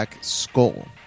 Skull